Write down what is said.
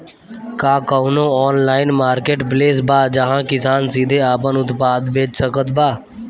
का कउनों online marketplace बा जहां किसान सीधे आपन उत्पाद बेच सकत बा?